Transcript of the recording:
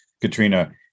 Katrina